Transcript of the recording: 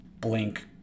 blink